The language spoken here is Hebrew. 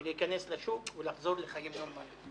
ולהיכנס לשוק ולחזור לחיים נורמליים.